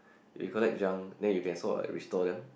you collect junk then you can sort of restore them